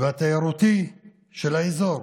והתיירותי של האזור.